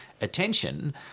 attention